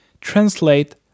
Translate